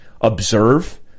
observe